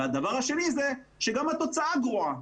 וב', שגם התוצאה גרועה.